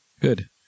Good